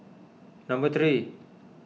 number three